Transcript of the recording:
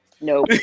no